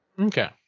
Okay